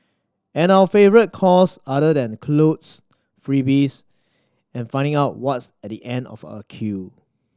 and our favourite cause other than clothes freebies and finding out what's at the end of a queue